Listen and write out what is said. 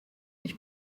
ich